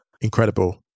Incredible